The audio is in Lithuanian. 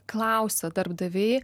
klausia darbdaviai